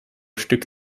stück